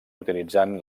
utilitzant